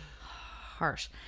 Harsh